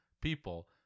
people